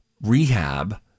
rehab